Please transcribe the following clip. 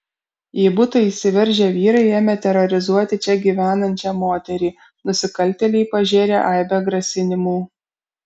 į butą įsivežę vyrai ėmė terorizuoti čia gyvenančią moterį nusikaltėliai pažėrė aibę grasinimų